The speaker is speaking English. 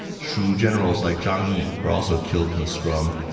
shu generals like zhang yi were also killed in the scrum,